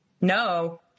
no